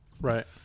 Right